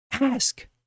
Ask